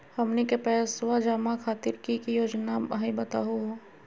हमनी के पैसवा जमा खातीर की की योजना हई बतहु हो?